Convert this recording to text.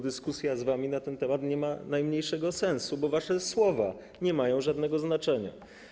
Dyskusja z wami na ten temat nie ma najmniejszego sensu, bo wasze słowa nie mają żadnego znaczenia.